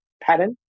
pattern